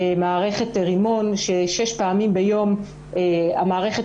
מערכת רימון ש-6 פעמים ביום המערכת